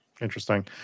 Interesting